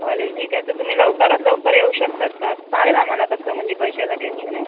चालेल ठीक आहे तर तुम्ही लवकरात लवकर येऊ शकतात का चालेल आम्हाला तसं म्हणजे पैशाचा काय इश्यू नाही